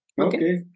Okay